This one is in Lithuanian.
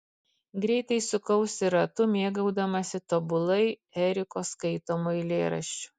greitai sukausi ratu mėgaudamasi tobulai eriko skaitomu eilėraščiu